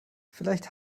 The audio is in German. vielleicht